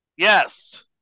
Yes